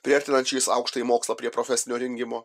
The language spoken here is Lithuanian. priartinančiais aukštąjį mokslą prie profesinio rengimo